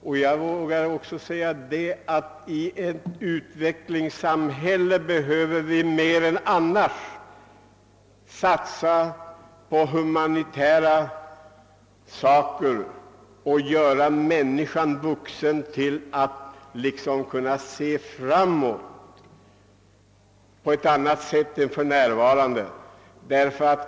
Jag vågar också påstå att vi i ett utvecklingssamhälle mer än vanligt måste satsa på humanitära åtgärder — humanism — och försöka göra människan vuxen, så att hon kan se framåt på ett annat sätt än för närvarande.